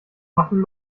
machen